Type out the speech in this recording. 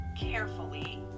carefully